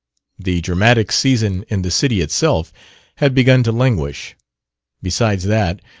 the dramatic season in the city itself had begun to languish besides that,